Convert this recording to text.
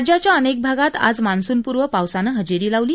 राज्याच्या अनेक भागात आज मान्सूनपूर्व पावसानं हजेरी लावली